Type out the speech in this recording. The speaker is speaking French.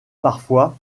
parfois